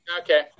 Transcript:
Okay